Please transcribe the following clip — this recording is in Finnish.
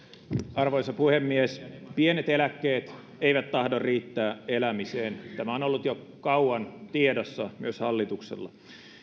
arvoisa puhemies pienet eläkkeet eivät tahdo riittää elämiseen tämä on ollut jo kauan tiedossa myös hallituksella